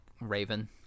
Raven